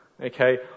Okay